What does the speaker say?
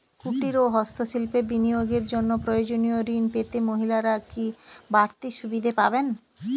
কুটীর ও হস্ত শিল্পে বিনিয়োগের জন্য প্রয়োজনীয় ঋণ পেতে মহিলারা কি বাড়তি সুবিধে পাবেন?